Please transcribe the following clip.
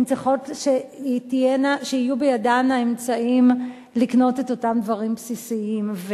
הן צריכות שיהיו בידן האמצעים לקנות את אותם דברים בסיסיים.